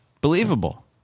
Believable